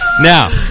now